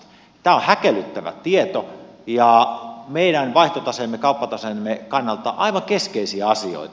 tämä on häkellyttävä tieto ja meidän vaihtotaseemme kauppataseemme kannalta aivan keskeisiä asioita